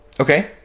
Okay